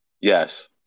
Yes